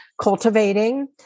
cultivating